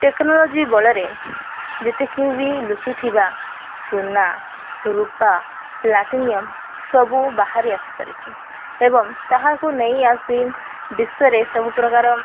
technology ବଳରେ ଯେତିକି ବି ଲୁଚିଥିବା ସୁନା ରୂପା ପ୍ଲାଟିନିୟମ ସବୁ ବାହାରି ଆସିପାରୁଛି ଏବଂ ତାହାକୁ ନେଇ ଆସି ବିଶ୍ୱରେ ସବୁପ୍ରକାର